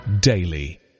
daily